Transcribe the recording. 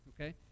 okay